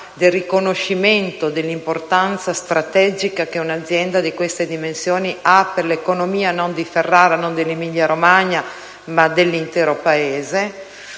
il riconoscimento dell'importanza strategica che un'azienda di queste dimensioni ha per l'economia non di Ferrara, non dell'Emilia-Romagna, ma dell'intero Paese,